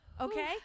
okay